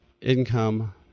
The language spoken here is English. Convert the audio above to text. income